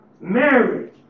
marriage